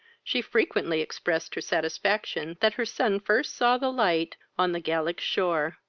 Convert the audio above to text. she frequently expressed her satisfaction that her son first saw the light on the gallic shore,